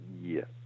Yes